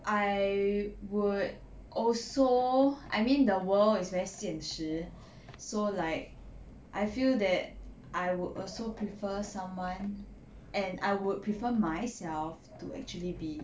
I would also I mean the world is very 现实 so like I feel that I would also prefer someone and I would prefer myself to actually be